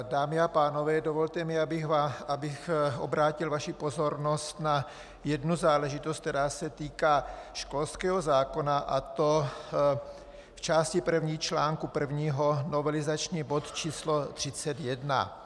Dámy a pánové, dovolte mi, abych obrátil vaši pozornost na jednu záležitost, která se týká školského zákona, a to v části první článku jedna, novelizační bod číslo 31.